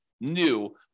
new